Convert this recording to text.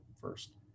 first